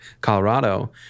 Colorado